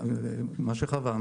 כפי שאמרה חווה,